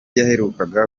yaherukaga